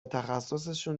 تخصصشون